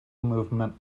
movement